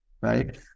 right